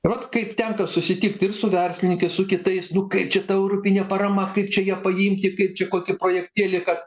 ir vat kaip tenka susitikti ir su verslininkais su kitais nu kaip čia ta ta europinė parama kaip čia ją paimti kaip čia kokį projektėlį kad